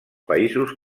països